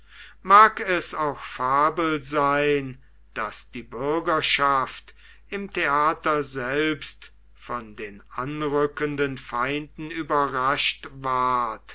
mag es auch fabel sein daß die bürgerschaft im theater selbst von den anrückenden feinden überrascht ward